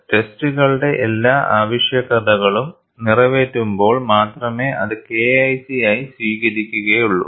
ടെസ്റ്റുകളുടെ എല്ലാ ആവശ്യകതകളും നിറവേറ്റുമ്പോൾ മാത്രമേ അത് KIC ആയി സ്വീകരിക്കുകയുള്ളൂ